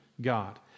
God